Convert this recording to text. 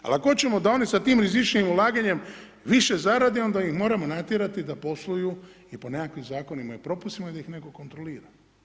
Ali, ako hoćemo da oni sa tim rizičnijim ulaganjem više zarade, onda ih moramo natjerati da posluju i po nekakvim zakonima i propisima i da ih neko kontrolira.